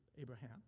Abraham